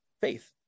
faith